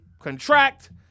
contract